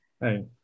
Hey